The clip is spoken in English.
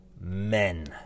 Men